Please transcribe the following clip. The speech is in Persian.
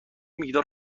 مقدار